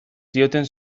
zioten